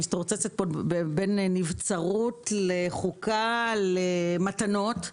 אני מתרוצצת פה בין נבצרות לחוקה למתנות,